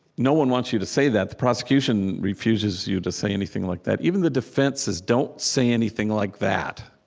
no one wants you to say that. the prosecution refuses you to say anything like that. even the defense says, don't say anything like that.